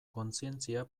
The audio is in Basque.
kontzientzia